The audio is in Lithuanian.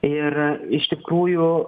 ir iš tikrųjų